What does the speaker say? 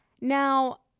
Now